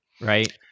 right